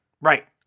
right